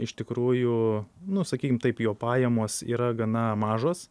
iš tikrųjų nu sakykim taip jo pajamos yra gana mažos